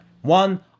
One